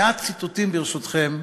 מעט ציטוטים, ברשותכם,